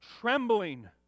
trembling